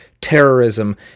terrorism